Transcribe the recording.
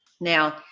Now